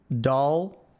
dull